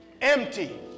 Empty